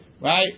right